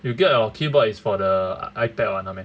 you get your keyboard is for the ipad [one] no meh